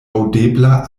aŭdebla